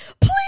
Please